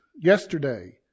yesterday